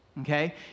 Okay